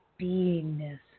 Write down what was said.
beingness